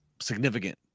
significant